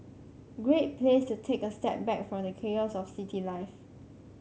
great place to take a step back from the chaos of city life